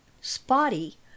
spotty